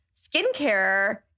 skincare